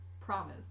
promise